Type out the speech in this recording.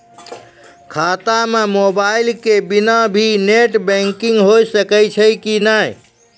खाता म मोबाइल के बिना भी नेट बैंकिग होय सकैय छै कि नै?